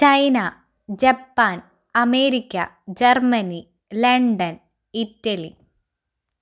China Japan America Germany London Italy